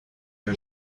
are